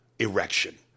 Erection